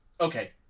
okay